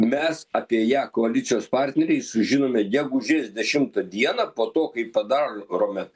mes apie ją koalicijos partneriai sužinome gegužės dešimtą dieną po to kai padar rome